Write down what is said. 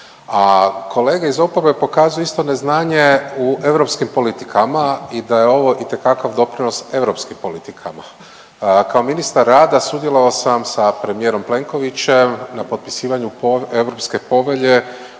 kolege iz oporbe pokazuju isto neznanje u europskim politikama i da je ovo itekakav doprinos europskim politikama. Kao ministar rada sudjelovao sam sa premijerom Plenkovićem na potpisivanju Europske povelje